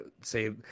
say